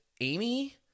Amy